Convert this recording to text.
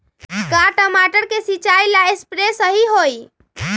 का टमाटर के सिचाई ला सप्रे सही होई?